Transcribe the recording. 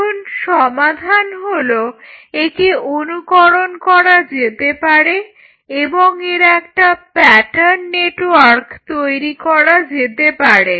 এখন সমাধান হলো একে অনুকরণ করা যেতে পারে এবং একটা প্যাটার্ন নেটওয়ার্ক তৈরি করা যেতে পারে